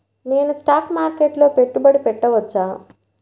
నేను స్టాక్ మార్కెట్లో పెట్టుబడి పెట్టవచ్చా?